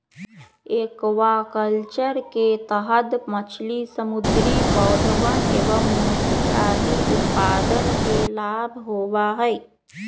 aquaculture के तहद मछली, समुद्री पौधवन एवं मोती आदि उत्पादन के लाभ होबा हई